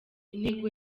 intego